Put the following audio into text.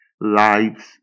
lives